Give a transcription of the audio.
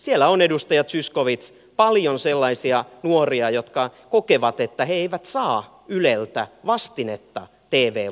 siellä on edustaja zyskowicz paljon sellaisia nuoria jotka kokevat että he eivät saa yleltä vastinetta tv luvalleen